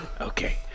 Okay